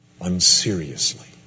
unseriously